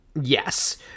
yes